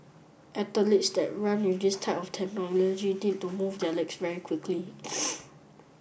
that run with this type of technology need to move their legs very quickly